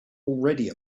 already